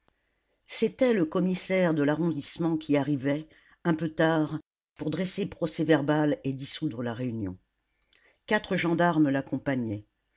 c'était le commissaire de l'arrondissement qui arrivait un peu tard pour dresser procès-verbal et dissoudre la réunion quatre gendarmes l'accompagnaient